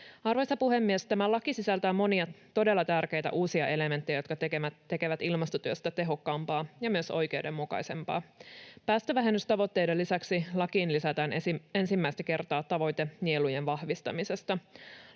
Arvoisa puhemies! Tämä laki sisältää monia todella tärkeitä uusia elementtejä, jotka tekevät ilmastotyöstä tehokkaampaa ja myös oikeudenmukaisempaa. Päästövähennystavoitteiden lisäksi lakiin lisätään ensimmäistä kertaa tavoite nielujen vahvistamisesta.